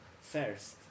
first